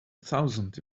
thousand